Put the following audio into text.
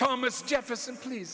thomas jefferson please